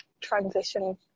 transition